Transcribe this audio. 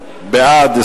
בעד,